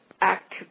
act